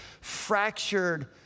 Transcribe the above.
fractured